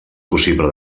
possible